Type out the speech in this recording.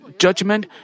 judgment